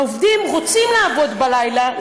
העובדים רוצים לעבוד בלילה,